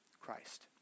Christ